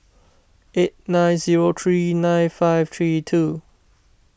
eight nine zero three nine five three two